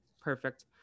perfect